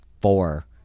four